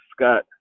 Scott